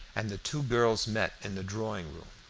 and the two girls met in the drawing-room.